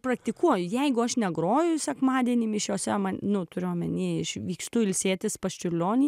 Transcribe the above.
praktikuoju jeigu aš negroju sekmadienį mišiose manu turiu omeny išvykstu ilsėtis pas čiurlionį